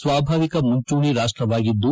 ಸ್ನಾಭಾವಿಕ ಮುಂಚೂಣಿ ರಾಷ್ಟವಾಗಿದ್ದು